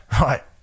Right